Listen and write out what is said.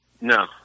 No